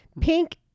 Pink